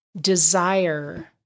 desire